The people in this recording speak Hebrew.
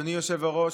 אדוני היושב-ראש,